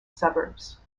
suburbs